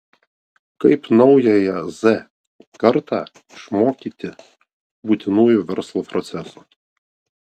kaip naująją z kartą išmokyti būtinųjų verslo procesų